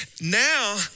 Now